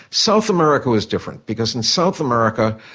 south america was different, because in south america,